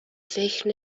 فکر